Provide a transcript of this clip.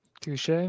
Touche